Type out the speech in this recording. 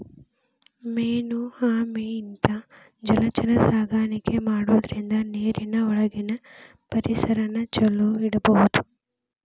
main ಆಮೆ ಇಂತಾ ಜಲಚರ ಸಾಕಾಣಿಕೆ ಮಾಡೋದ್ರಿಂದ ನೇರಿನ ಒಳಗಿನ ಪರಿಸರನ ಚೊಲೋ ಇಡಬೋದು